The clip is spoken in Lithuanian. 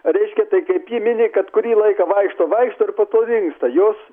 reiškia tai kaip ji mini kad kurį laiką vaikšto vaikšto ir po to dingsta jos